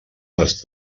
les